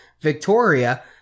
Victoria